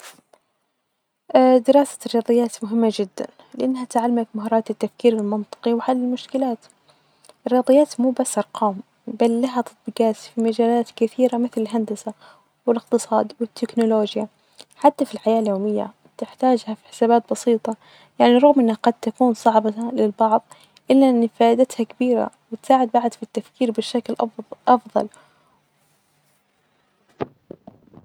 أ دراسة الرياضيات مهمة جدا، لإنها تعلمك مهارات التفكير المنطقي وحل المشكلات، الرياضيات مو بس أرقام بل لها تطبيجات في مجالات كثيرة مثل الهندسة والإقتصاد والتكنولوجيا، حتي في الحياة اليومية، تحتاجها في حسابات بسيطة، يعني رغم إنها قد تكون صعبة للبعض إلا إن فايدتها كبيرة، وتساعد بعد في التفكير بشكل أفظ-أفظل.